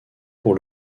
pour